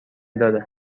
داره